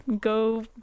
Go